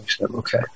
Okay